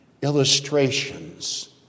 Illustrations